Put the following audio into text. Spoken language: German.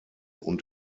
und